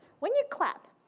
when you clap.